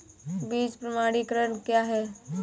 बीज प्रमाणीकरण क्या है?